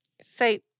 say